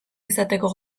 izateko